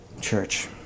Church